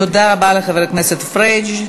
תודה רבה לחבר הכנסת פריג'.